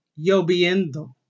lloviendo